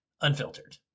unfiltered